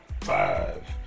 five